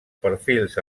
perfils